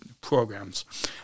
programs